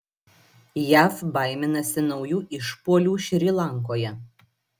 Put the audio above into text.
jav baiminasi naujų išpuolių šri lankoje